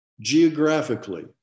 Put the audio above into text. geographically